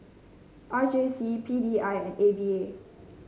R J C P D I and A V A